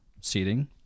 seating